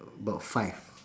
about five